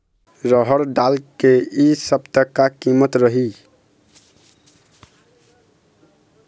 रहड़ दाल के इ सप्ता का कीमत रही?